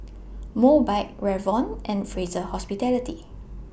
Mobike Revlon and Fraser Hospitality